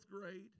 grade